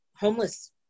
homeless